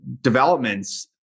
developments